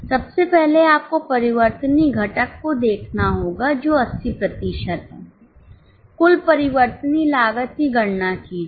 सबसे पहले आपको परिवर्तनीय घटक को देखना होगा जो 80 प्रतिशत है कुल परिवर्तनीय लागत की गणना कीजिए